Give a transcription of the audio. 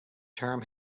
term